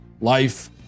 life